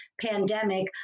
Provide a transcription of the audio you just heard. pandemic